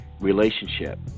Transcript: relationship